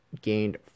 gained